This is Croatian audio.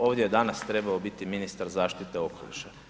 Ovdje je danas trebao biti ministar zaštite okoliša.